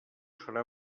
serà